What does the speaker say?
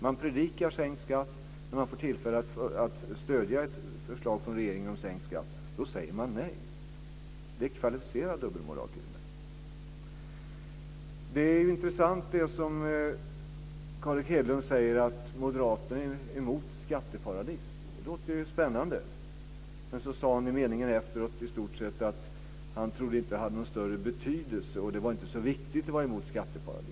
Man predikar sänkt skatt men när man får tillfälle att stödja ett förslag från regeringen om sänkt skatt säger man nej. Det är t.o.m. kvalificerad dubbelmoral. Det är intressant det som Carl Erik Hedlund säger om att moderaterna är emot skatteparadis. Det låter ju spännande. Men så sade han i meningen efter i stort sett att han inte trodde att det hade någon större betydelse och att det inte var så viktigt att vara emot skatteparadisen.